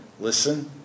Listen